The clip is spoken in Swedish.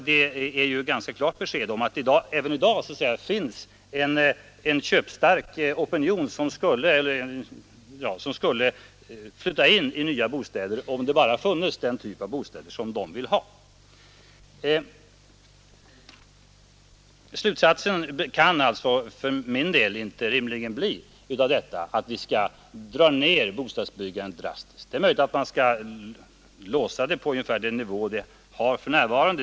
Det är ju ett ganska klart besked om att det även i dag finns köpstarka konsumenter, som skulle flytta in i nya bostäder, om det bara fanns den typ av bostäder som man vill ha. Slutsatsen av detta kan alltså för min del rimligen inte bli att vi på ett drastiskt sätt skall dra ned bostadsbyggandet. Det är möjligt att man bör låsa det på ungefär den nivå vi har för närvarande.